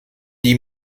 die